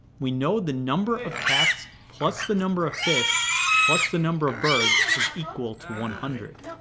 we know the number of cats plus the number of fish plus the number of birds is equal to one hundred.